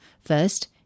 First